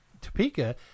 Topeka